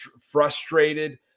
frustrated